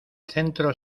centro